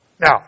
Now